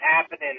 happening